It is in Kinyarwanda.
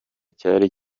cyari